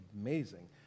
amazing